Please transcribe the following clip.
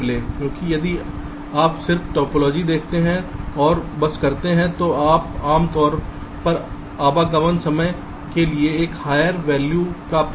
क्योंकि यदि आप सिर्फ टोपोलॉजी देखते हैं और बस करते हैं तो आप आम तौर पर आगमन समय के लिए एक हायर वैल्यू प्राप्त करेंगे